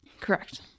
Correct